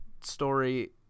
story